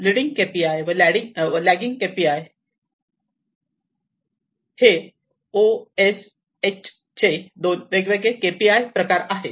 leading K P I व lagging K P I हे O S H चे दोन वेगळे के पी आय प्रकार आहेत